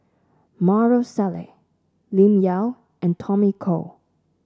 Maarof Salleh Lim Yau and Tommy Koh